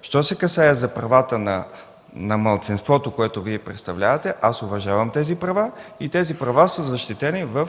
Що се касае за правата на малцинството, което Вие представлявате, аз уважавам тези права и те са защитени в